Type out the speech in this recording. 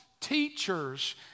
teachers